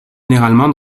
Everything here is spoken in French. également